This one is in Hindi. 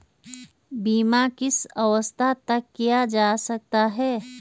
बीमा किस अवस्था तक किया जा सकता है?